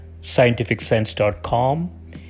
scientificsense.com